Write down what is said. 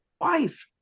wife